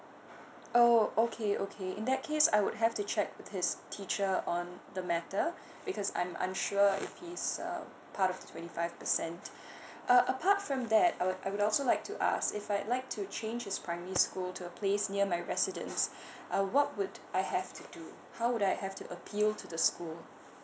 oh okay okay in that case I would have to check with his teacher on the matter because I'm I'm sure if he is um part of twenty five percent uh apart from that I would I would also like to ask if I'd like to change his primary school to a place near my residence uh what would I have to do how would I have to appeal to the school